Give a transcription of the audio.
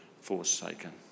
forsaken